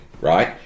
right